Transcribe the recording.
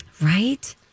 Right